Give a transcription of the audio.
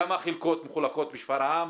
כמה חלקות מחולקות בשפרעם?